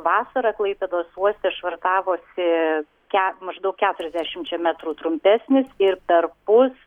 vasarą klaipėdos uoste švartavosi ke maždaug keturiasdešimčia metrų trumpesnis ir perpus